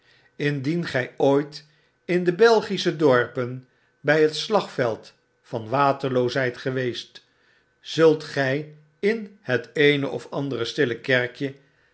indien gy ooit in de belgische dorpen by het slagveld van waterloo zyt geweest zult gij in het eene of andere stille kerkje